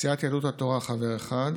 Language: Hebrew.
סיעת יהדות התורה, חבר אחד,